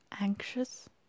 Anxious